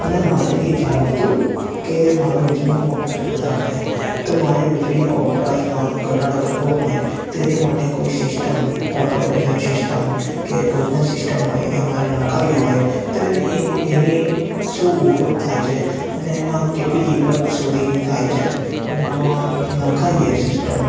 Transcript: અને મારે એ જાણવું તું કે મારો વીજળીનો વપરાશ વધાર છે તો મારે વીજળીનો વપરાશમાં ઘટાડો કરવો હોય તેની માટે કોઈ સિસ્ટમ ઓટો સિસ્ટમ કે કોઈપણ સિસ્ટમ હોય એ મારે નંખાવી હોય તો એની એ એની શું ઉપયોગ થાય છે અને એમાં કેટલી કિંમત સુધી થાય છે અને એમાં નખાઈએ એ સિસ્ટમ